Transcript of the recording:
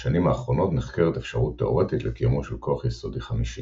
בשנים האחרונות נחקרת אפשרות תאורטית לקיומו של כוח יסודי חמישי.